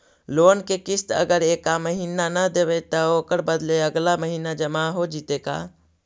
Loan के किस्त अगर एका महिना न देबै त ओकर बदले अगला महिना जमा हो जितै का?